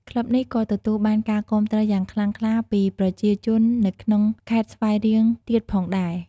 ក្លឹបនេះក៏ទទួលបានការគាំទ្រយ៉ាងខ្លាំងក្លាពីប្រជាជននៅក្នុងខេត្តស្វាយរៀងទៀតផងដែរ។